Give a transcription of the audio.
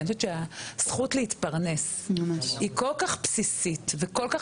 כי אני חושבת שהזכות להתפרנס היא כל כך בסיסית וכל כך